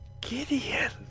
Gideon